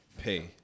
pay